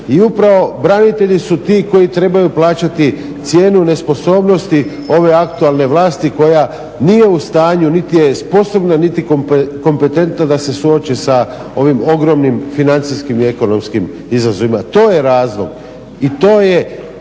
I upravo branitelji su ti koji trebaju plaćati cijenu nesposobnosti ove aktualne vlasti koja nije u stanju niti je sposobna niti kompetentna da se suoči sa ovim ogromnim financijskim i ekonomskim izazovima. To je razlog i to je